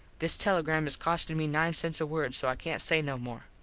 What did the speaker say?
this telegram is costing me nine cents a word so i cant say no more